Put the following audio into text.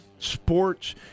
sports